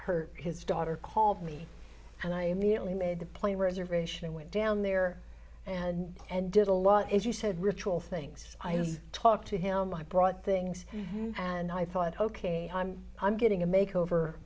her his daughter called me and i immediately made the plane reservation and went down there and and did a lot as you said ritual things i had talked to him i brought things and i thought ok i'm i'm getting a make over